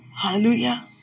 Hallelujah